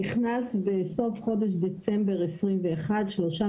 נכנס בסוף חודש דצמבר 2021 שלושה